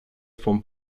vom